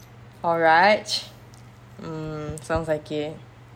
oh raj mm sounds like it